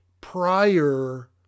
prior